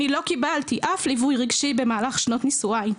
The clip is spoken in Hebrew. אני לא קיבלתי אף ליווי רגשי במהלך שנות נישואיי.